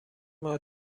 ماه